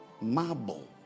Marble